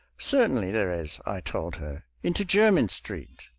certainly there is, i told her into jermyn street.